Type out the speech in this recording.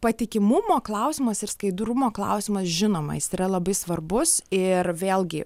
patikimumo klausimas ir skaidrumo klausimas žinoma jis yra labai svarbus ir vėlgi